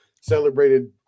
celebrated